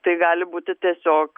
tai gali būti tiesiog